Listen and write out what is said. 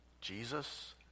Jesus